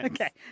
Okay